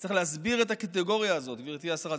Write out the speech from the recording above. וצריך להסביר את הקטגוריה הזאת, גברתי השרה.